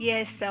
Yes